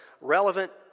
relevant